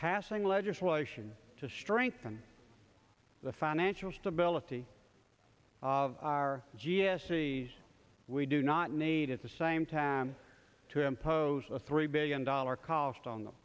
passing legislation to strengthen the financial stability of our g s t we do not need at the same time to impose a three billion dollar cost on them